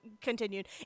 Continued